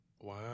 Wow